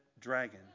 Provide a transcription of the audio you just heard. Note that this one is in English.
dragon